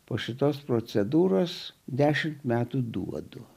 po šitos procedūros dešimt metų duodu